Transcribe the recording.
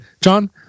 John